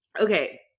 Okay